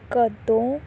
ਕਦੋਂ